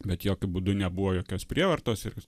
bet jokiu būdu nebuvo jokios prievartos ir